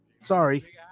Sorry